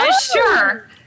Sure